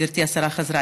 גברתי השרה חזרה,